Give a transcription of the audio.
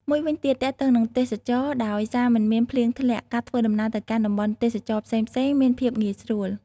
មួយវិញទៀត ទាក់ទងនិងទេសចរណ៍ ដោយសារមិនមានភ្លៀងធ្លាក់ ការធ្វើដំណើរទៅកាន់តំបន់ទេសចរណ៍ផ្សេងៗមានភាពងាយស្រួល។